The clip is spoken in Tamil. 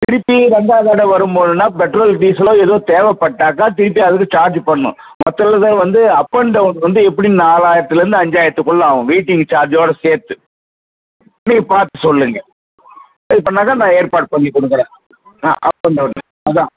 திருப்பி ரெண்டாவது தடவை வரும் போதுன்னா பெட்ரோல் டீசலோ எதோ தேவைப்பட்டாக்கா திருப்பி அதுக்கு சார்ஜு பண்ணணும் மத்ததில் தான் வந்து அப் அண்ட் டௌனுக்கு வந்து எப்படியும் நாலாயிரத்துலேருந்து அஞ்சாயிரத்துக்குள்ளே ஆகும் வெயிட்டிங் சார்ஜோடு சேர்த்து நீங்கள் பார்த்து சொல்லுங்கள் இது பண்ணாக்கா நான் ஏற்பாடு பண்ணிக் கொடுக்குறேன் ஆ அப் அண்ட் டௌனு அதான்